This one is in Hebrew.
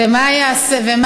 תוגש הצעת חוק,